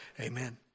Amen